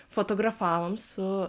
fotografavom su